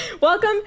Welcome